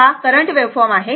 तर हा current wave form आहे